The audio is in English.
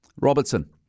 Robertson